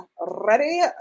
ready